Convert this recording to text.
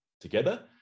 together